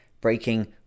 breaking